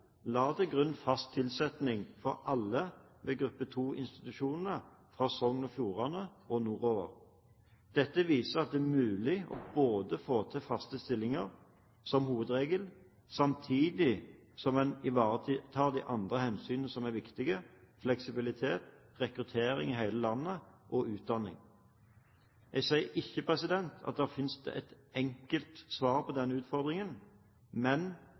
la til grunn fast tilsetting for alle ved gruppe 2-institusjonene fra Sogn og Fjordane og nordover. Dette viser at det er mulig å få til faste stillinger som hovedregel samtidig som en ivaretar de andre hensynene som er viktige – fleksibilitet, rekruttering i hele landet og utdanning. Jeg sier ikke at det finnes et enkelt svar på denne utfordringen, men